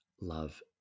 Love